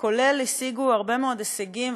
והשיגו הרבה מאוד הישגים,